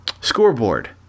scoreboard